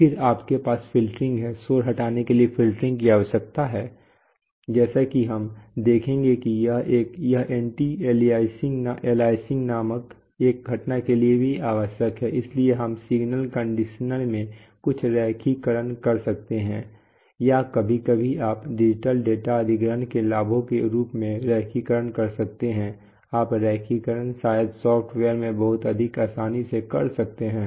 फिर आपके पास फ़िल्टरिंग है शोर हटाने के लिए फ़िल्टरिंग की आवश्यकता है जैसा कि हम देखेंगे कि यह एंटी अलियासिंग नामक एक घटना के लिए भी आवश्यक है इसलिए हम सिग्नल कंडीशनर में कुछ रैखिककरण कर सकते हैं या कभी कभी आप डिजिटल डेटा अधिग्रहण के लाभों के रूप में रैखिककरण कर सकते हैं आप रैखिककरण शायद सॉफ्टवेयर में बहुत अधिक आसानी से कर सकते हैं